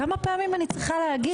כמה פעמים אני צריכה להגיד?